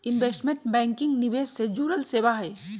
investment banking निवेश से जुड़ल सेवा हई